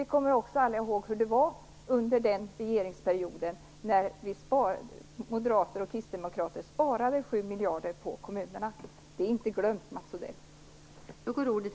Vi kommer också alla i håg hur det var under den regeringsperiod när moderater och kristdemokrater sparade 7 miljarder kronor på kommunerna. Det är inte glömt, Mats Odell.